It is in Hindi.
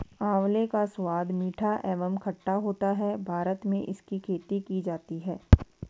आंवले का स्वाद मीठा एवं खट्टा होता है भारत में इसकी खेती की जाती है